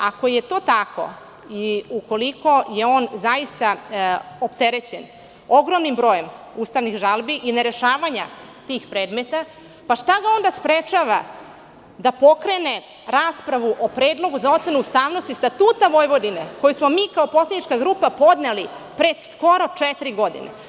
Ako je to tako i ukoliko je on zaista opterećen ogromnim brojem ustavnih žalbi i nerešavanja tih predmeta, pa šta ga onda sprečava da pokrene raspravu o predlogu za ocenu ustavnosti Statuta Vojvodine koji smo kao poslanička grupa podneli pre skoro četiri godine?